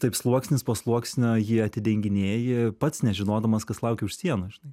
taip sluoksnis po sluoksnio jį atidenginėji pats nežinodamas kas laukia už sienos žinai